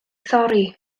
thorri